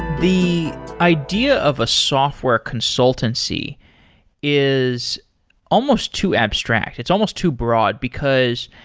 the idea of a software consultancy is almost too abstract. it's almost too broad, because